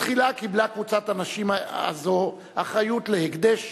בתחילה קיבלה קבוצת הנשים הזו אחריות ל"הקדש",